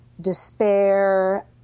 despair